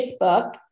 Facebook